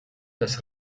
das